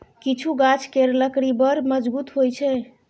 किछु गाछ केर लकड़ी बड़ मजगुत होइ छै